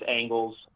angles